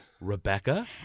Rebecca